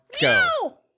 go